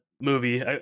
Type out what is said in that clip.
movie